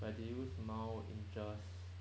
like they use miles inches